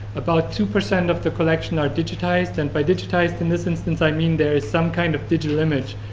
about two percent of the collection are digitized and by digitized in this instance, i mean there is some kind of digital image.